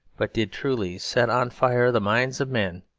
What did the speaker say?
but did truly set on fire the minds of men,